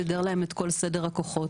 סידר להם את כל סדר הכוחות.